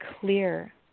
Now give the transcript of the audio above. clear